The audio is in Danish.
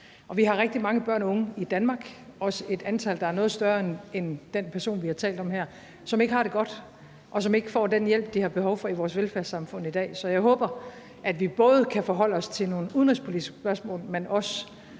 vi har rigtig mange børn og unge i Danmark – også i et antal, der er noget større end den person, vi har talt om her – som ikke har det godt, og som ikke i dag får den hjælp, de har behov for, i vores velfærdssamfund. Så jeg håber, at vi både kan forholde os til nogle udenrigspolitiske spørgsmål, men også